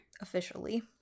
Officially